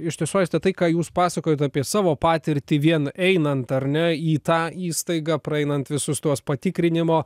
iš tiesų aiste tai ką jūs pasakojat apie savo patirtį vien einant ar ne į tą įstaigą praeinant visus tuos patikrinimo